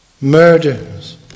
murders